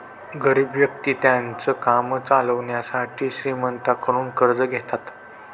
गरीब व्यक्ति त्यांचं काम चालवण्यासाठी श्रीमंतांकडून कर्ज घेतात